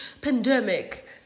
pandemic